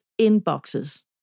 inboxes